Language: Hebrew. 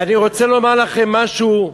ואני רוצה לומר לכם משהו,